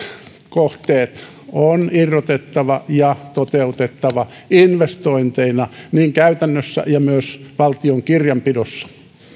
kohteet on irrotettava ja toteutettava investointeina niin käytännössä kuin myös valtion kirjanpidossa